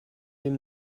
dem